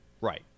Right